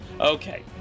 Okay